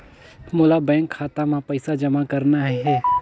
मोला बैंक खाता मां पइसा जमा करना हे?